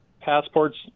passports